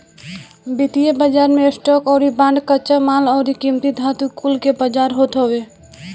वित्तीय बाजार मे स्टॉक अउरी बांड, कच्चा माल अउरी कीमती धातु कुल के बाजार होत हवे